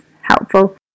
helpful